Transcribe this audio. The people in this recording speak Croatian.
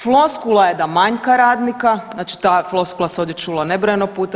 Floskula je da manjka radnika, znači ta floskula se ovdje čula nebrojeno puta.